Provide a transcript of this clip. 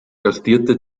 gastierte